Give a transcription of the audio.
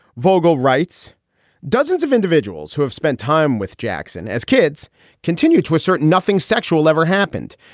vogel writes dozens of individuals who have spent time with jackson as kids continue to a certain nothing sexual ever happened.